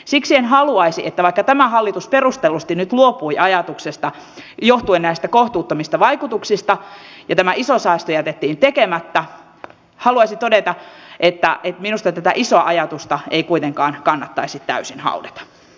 siksi haluaisin todeta vaikka tämä hallitus perustellusti nyt luopui ajatuksesta johtuen näistä kohtuuttomista vaikutuksista ja tämä iso säästö jätettiin tekemättä että minusta tätä isoa ajatusta ei kuitenkaan kannattaisi täysin haudata